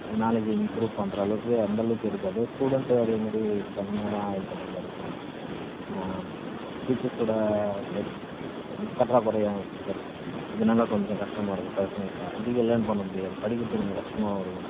knowledge improve பண்ணுற அளவுக்கு அந்தளவுக்கு இருக்காது ஸ்டுடென்ட்டு அதேமாரி கம்மியாகதான் இது பண்ணுற மாரி இருக்கும் டீச்சர்ஸோடய பற்றாக்குறையும் சரி இதனால கொஞ்சம் கஷ்டமாக இருக்கும் பசங்க இப்போ அதிக லேர்ன் பண்ணமுடியாது படிக்கிறதுக்கு கொஞ்சம் கஷ்டமாகவும் இருக்கும்